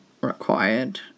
required